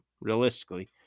realistically